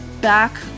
back